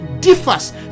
Differs